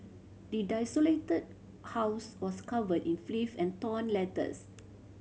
the desolated house was covered in filth and torn letters